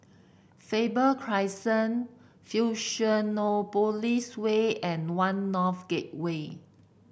Faber Crescent Fusionopolis Way and One North Gateway